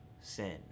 sin